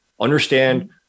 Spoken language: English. understand